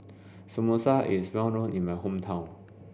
samosa is well known in my hometown